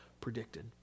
predicted